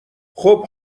خوب